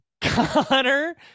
Connor